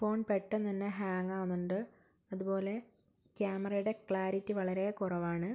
phone പെട്ടന്ന് തന്നെ hang ആകുന്നുണ്ട് അതുപോലെ ക്യാമറയുടെ ക്ലാരിറ്റി വളരേ കുറവാണ്